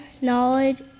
knowledge